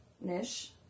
Niche